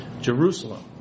Jerusalem